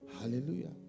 Hallelujah